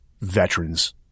veterans